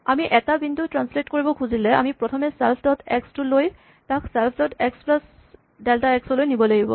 আমি এটা বিন্দু ট্ৰেন্সলেট কৰিব খুজিলে আমি প্ৰথমে ছেল্ফ ডট এক্স টো লৈ তাক self dot x plus delta x লৈ নিব লাগিব